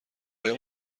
آیا